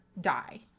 die